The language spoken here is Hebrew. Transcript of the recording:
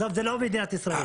זה לא מדינת ישראל.